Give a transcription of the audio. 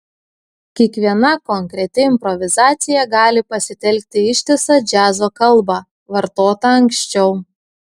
kiekviena konkreti improvizacija gali pasitelkti ištisą džiazo kalbą vartotą anksčiau